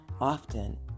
often